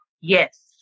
yes